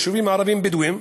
היישובים הערביים הבדואיים.